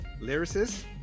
lyricist